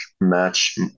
match